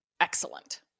excellent